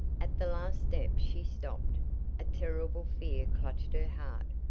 at the last step she stopped a terrible fear clutched her heart.